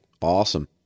Awesome